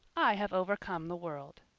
i have overcome the world.